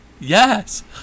Yes